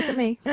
me.